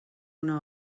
una